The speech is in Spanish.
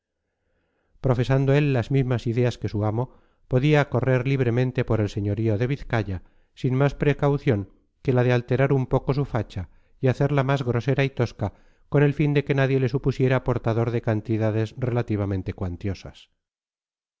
profesando él las mismas ideas que su amo podía correr libremente por el señorío de vizcaya sin más precaución que la de alterar un poco su facha y hacerla más grosera y tosca con el fin de que nadie le supusiera portador de cantidades relativamente cuantiosas